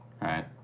right